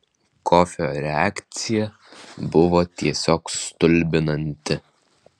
kofio reakcija buvo tiesiog stulbinanti